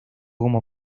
como